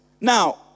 Now